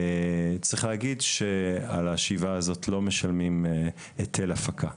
צריך להגיד שעל השאיבה הזאת לא משלמים היטל הפקה.